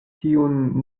tiun